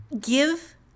give